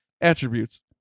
attributes